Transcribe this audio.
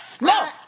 No